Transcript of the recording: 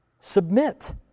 Submit